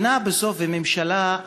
מדינה וממשלה,